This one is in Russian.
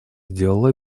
сделало